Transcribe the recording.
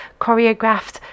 choreographed